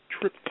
trip